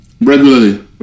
regularly